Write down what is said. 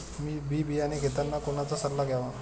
बी बियाणे घेताना कोणाचा सल्ला घ्यावा?